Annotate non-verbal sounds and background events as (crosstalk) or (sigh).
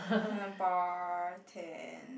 (laughs) bartend